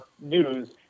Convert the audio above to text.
news